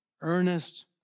earnest